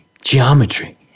geometry